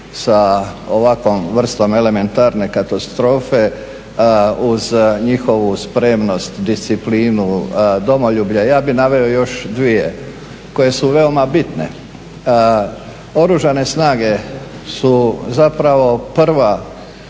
sa ovakvom vrstom elementarne katastrofe, uz njihovu spremnost, disciplinu, domoljublje, ja bih naveo još dvije koje su veoma bitne. Oružane snage su zapravo prva